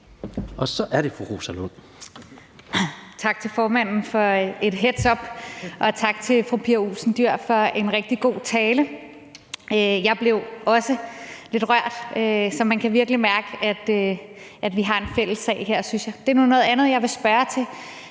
Rosa Lund (EL): Tak til formanden for at give mig et headsup. Og tak til fru Pia Olsen Dyhr for en rigtig god tale. Jeg blev også lidt rørt, så jeg synes virkelig, man kan mærke, at vi har en fælles sag her. Det er nu noget andet, jeg vil spørge til,